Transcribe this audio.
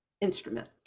instrument